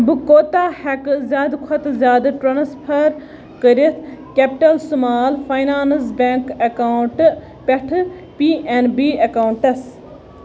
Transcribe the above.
بہٕ کوٗتاہ ہٮ۪کہٕ زیٛادٕ کھۅتہٕ زِیٛادٕ ٹرٛانٕسفر کٔرِتھ کیٚپِٹٕل سُمال فاینانس بیٚنٛک اَکاونٹہٕ پٮ۪ٹھٕ پی ایٚن بی اَکاونٹَس